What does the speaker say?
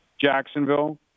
Jacksonville